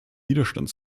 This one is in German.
widerstand